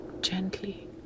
gently